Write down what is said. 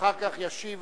אחר כך ישיב